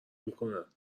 میکنن